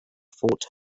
fort